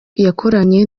yakoranye